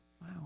Wow